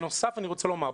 מה שאמור למנוע הדבקה.